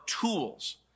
tools